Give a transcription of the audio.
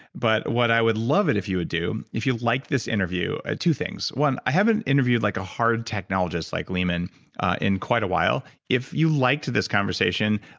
but what i would love it if you would do, if you liked this interview, ah two things. one, i haven't interviewed like a hard technologist like leemon in quite a while. if you liked this conversation,